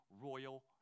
Royal